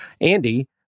Andy